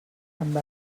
amb